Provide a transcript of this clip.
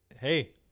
Hey